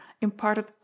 imparted